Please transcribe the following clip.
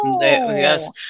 yes